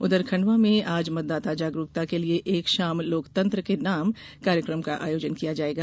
उधर खंडवा में आज मतदाता जागरूकता के लिये एक शाम लोकतंत्र के नाम कार्यक्रम का आयोजन किया जाएगा